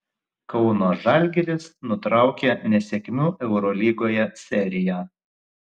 kauno žalgiris nutraukė nesėkmių eurolygoje seriją